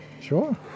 Sure